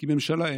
כי ממשלה אין.